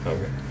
Okay